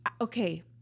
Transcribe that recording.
Okay